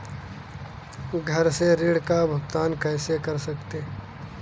घर से ऋण का भुगतान कैसे कर सकते हैं?